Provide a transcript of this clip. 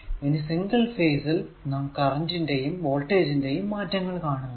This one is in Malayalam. ഇനി സിംഗിൾ ഫേസ് ൽ നാം കറന്റ് ന്റെയും വോൾടേജ് ന്റെയും മാറ്റങ്ങൾ കാണുന്നതാണ്